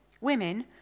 Women